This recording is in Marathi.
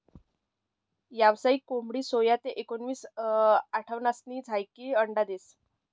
यावसायिक कोंबडी सोया ते एकवीस आठवडासनी झायीकी अंडा देस